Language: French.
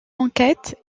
enquête